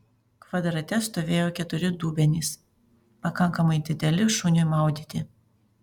kvadrate stovėjo keturi dubenys pakankamai dideli šuniui maudyti